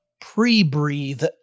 pre-breathe